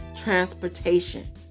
transportation